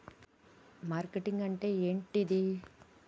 Marketing అంటే ఏంటిది?